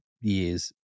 years